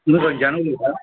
तुमी खंयच्यान उलयता